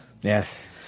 Yes